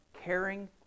caring